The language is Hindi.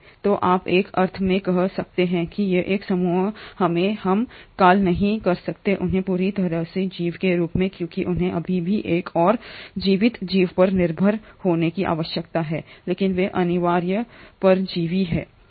तो आप एक अर्थ में कह सकते हैं कि ये एक समूह हैं हम कॉल नहीं कर सकते उन्हें पूरी तरह से जीव के रूप में क्योंकि उन्हें अभी भी एक और जीवित जीव पर निर्भर होने की आवश्यकता है लेकिन वे अनिवार्य परजीवी हैं